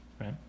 right